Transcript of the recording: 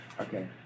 Okay